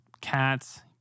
cats